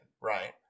right